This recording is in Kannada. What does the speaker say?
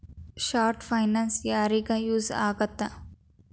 ಶಾರ್ಟ್ ಫೈನಾನ್ಸ್ ಯಾರಿಗ ಯೂಸ್ ಆಗತ್ತಾ